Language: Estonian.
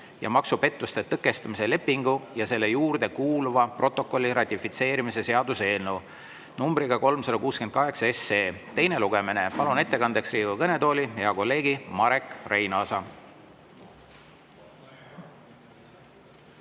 ja maksupettuste tõkestamise lepingu ja selle juurde kuuluva protokolli ratifitseerimise seaduse eelnõu nr 368 teine lugemine. Palun ettekandeks Riigikogu kõnetooli hea kolleegi Marek Reinaasa.